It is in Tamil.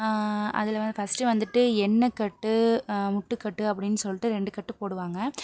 அதில் வ ஃபர்ஸ்ட் வந்துட்டு எண்ணெக்கட்டு முட்டுக்கட்டு அப்படினு சொல்லிட்டு ரெண்டு கட்டு போடுவாங்க